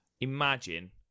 Imagine